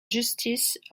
justice